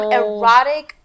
erotic